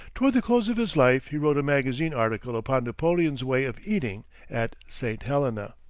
toward the close of his life, he wrote a magazine article upon napoleon's way of eating at st. helena.